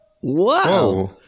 Whoa